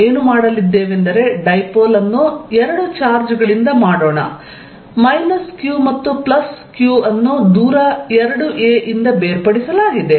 ನಾವು ಏನು ಮಾಡಲಿದ್ದೇವೆಂದರೆ ಡೈಪೋಲ್ ಅನ್ನು 2 ಚಾರ್ಜ್ಗಳಿಂದ ಮಾಡೋಣ q ಮತ್ತು q ಅನ್ನು ದೂರ 2a ನಿಂದ ಬೇರ್ಪಡಿಸಲಾಗಿದೆ